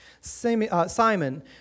Simon